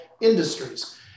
industries